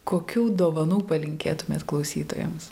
kokių dovanų palinkėtumėt klausytojams